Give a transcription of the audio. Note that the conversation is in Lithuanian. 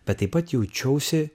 bet taip pat jaučiausi